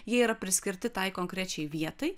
jie yra priskirti tai konkrečiai vietai